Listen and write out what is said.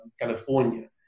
California